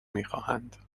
میخواهند